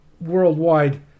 worldwide